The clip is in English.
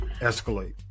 escalate